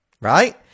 Right